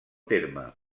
terme